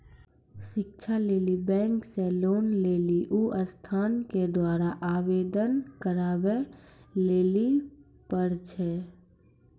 शिक्षा लेली बैंक से लोन लेली उ संस्थान के द्वारा आवेदन करबाबै लेली पर छै?